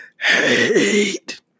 hate